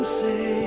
say